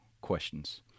questions